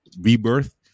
rebirth